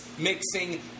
mixing